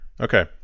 okay